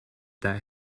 that